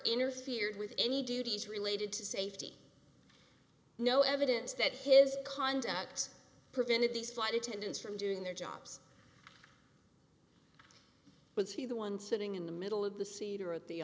interfered with any duties related to safety no evidence that his conduct prevented these flight attendants from doing their jobs was he the one sitting in the middle of the seat or at the